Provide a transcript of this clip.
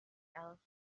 else